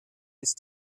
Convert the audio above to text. ist